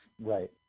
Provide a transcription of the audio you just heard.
right